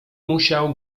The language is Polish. musiał